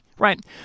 Right